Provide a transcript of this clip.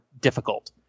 difficult